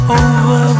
over